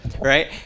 right